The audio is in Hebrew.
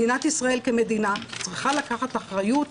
מדינת ישראל כמדינה, צריכה לקחת אחריות